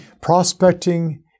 prospecting